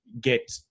get